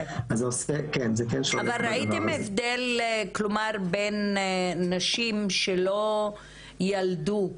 ראיתם הבדל בין נשים שלא ילדו?